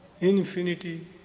infinity